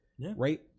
right